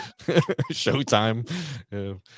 Showtime